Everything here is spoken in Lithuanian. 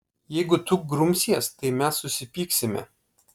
jeigu tu grumsies tai mes susipyksime